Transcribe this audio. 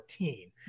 14